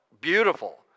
Beautiful